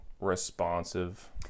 responsive